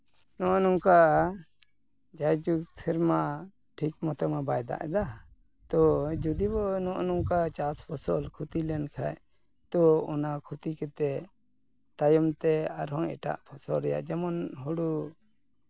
ᱱᱚᱜᱼᱚᱸᱭ ᱱᱚᱝᱠᱟ ᱡᱟᱭᱡᱩᱜᱽ ᱥᱮᱨᱢᱟ ᱴᱷᱤᱠ ᱢᱚᱛᱚ ᱢᱟ ᱵᱟᱭ ᱫᱟᱜ ᱮᱫᱟ ᱛᱚ ᱡᱩᱫᱤ ᱵᱚᱱ ᱱᱚᱜᱼᱚᱸᱭ ᱱᱚᱝᱠᱟ ᱪᱟᱥ ᱯᱷᱚᱥᱚᱞ ᱠᱷᱚᱛᱤ ᱞᱮᱱᱠᱷᱟᱡ ᱛᱚ ᱚᱱᱟ ᱠᱷᱚᱛᱤ ᱠᱟᱛᱮ ᱛᱟᱭᱚᱢ ᱛᱮ ᱟᱨᱦᱚᱸ ᱮᱴᱟᱜ ᱯᱷᱚᱥᱚᱞ ᱨᱮᱭᱟᱜ ᱡᱮᱢᱚᱱ ᱦᱳᱲᱳ